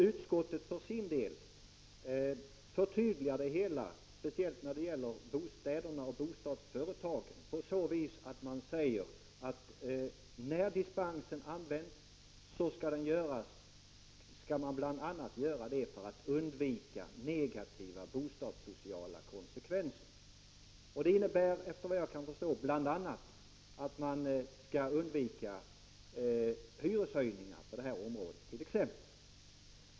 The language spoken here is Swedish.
Utskottet förtydligar för sin del det hela speciellt när det gäller bostäderna och bostadsföretagen på så vis att man säger att när möjligheten till dispens utnyttjas skall det ske bl.a. för att undvika negativa bostadssociala konsekvenser. Det innebär, såvitt jag förstår, att man skall undvika t.ex. hyreshöjningar i detta sammanhang.